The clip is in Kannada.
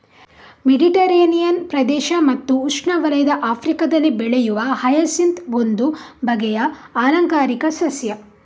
ಮೆಡಿಟರೇನಿಯನ್ ಪ್ರದೇಶ ಮತ್ತು ಉಷ್ಣವಲಯದ ಆಫ್ರಿಕಾದಲ್ಲಿ ಬೆಳೆಯುವ ಹಯಸಿಂತ್ ಒಂದು ಬಗೆಯ ಆಲಂಕಾರಿಕ ಸಸ್ಯ